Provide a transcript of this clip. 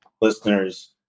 listeners